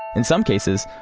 in some cases,